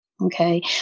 Okay